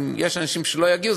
אם אנשים לא יגיעו,